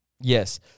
Yes